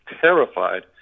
terrified